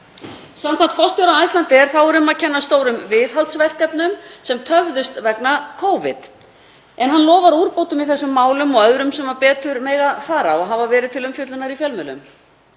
Samkvæmt forstjóra Icelandair er um að kenna stórum viðhaldsverkefnum sem töfðust vegna Covid en hann lofar úrbótum í þessum málum og öðrum sem betur mega fara og hafa verið til umfjöllunar í fjölmiðlum.